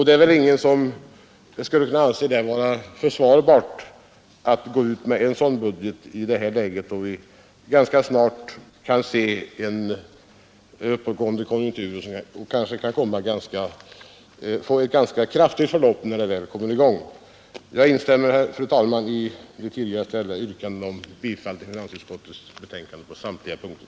Det är väl ingen som kan anse det försvarbart att gå ut med en sådan budget i detta läge, då vi kan skönja en uppgående konjunktur, som kan få ett ganska kraftigt förlopp när den väl kommer i gång. Jag instämmer, fru talman, i det tidigare gjorda yrkandet om bifall till finansutskottets betänkande på samtliga punkter.